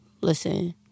Listen